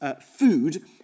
food